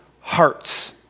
hearts